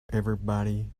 everybody